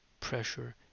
pressure